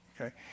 okay